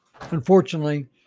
Unfortunately